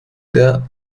der